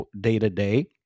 day-to-day